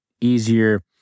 easier